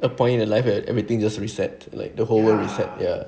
a point alive and everything just reset like the whole world reset ya